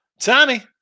Tommy